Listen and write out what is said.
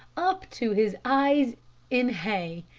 up to his eyes in hay.